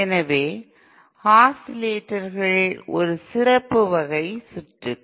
எனவே ஆஸிலேட்டர்ர்கள் ஒரு சிறப்பு வகை சுற்றுகள்